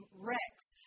wrecked